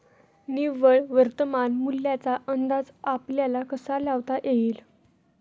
निव्वळ वर्तमान मूल्याचा अंदाज आपल्याला कसा लावता येईल?